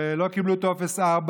ולא קיבלו טופס 4,